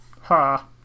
Ha